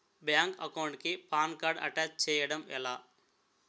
Bank account కి PAN card attach చేయడం ఎలా?